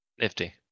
Nifty